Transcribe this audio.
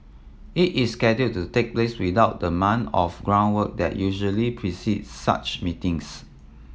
it is scheduled to take place without the month of groundwork that usually precedes such meetings